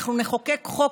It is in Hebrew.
אנחנו נחוקק חוק,